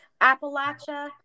Appalachia